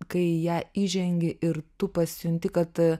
kai ją įžengia ir tu pasijunti kad